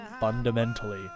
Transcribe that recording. fundamentally